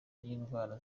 y’indwara